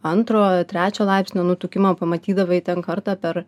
antro trečio laipsnio nutukimą pamatydavai ten kartą per